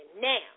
Now